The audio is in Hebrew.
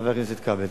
וחבר הכנסת כבל.